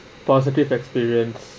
positive experience